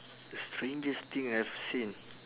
the strangest thing I've seen